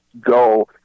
go